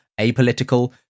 apolitical